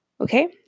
Okay